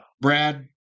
Brad